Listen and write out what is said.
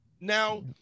Now